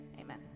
amen